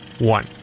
one